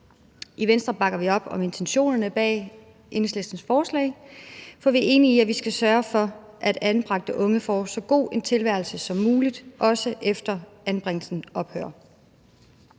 I Venstre bakker vi op om intentionerne bag Enhedslistens forslag, for vi er enige i, at vi skal sørge for, at anbragte unge får så god en tilværelse som muligt, også efter at anbringelsen ophører.